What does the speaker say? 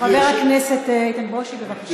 חבר הכנסת איתן ברושי, בבקשה.